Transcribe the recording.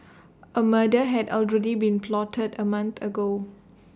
A murder had already been plotted A month ago